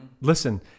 listen